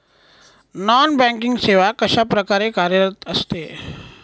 Non banking सेवा कशाप्रकारे कार्यरत असते?